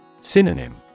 Synonym